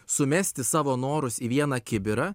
sumesti savo norus į vieną kibirą